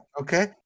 okay